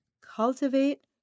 cultivate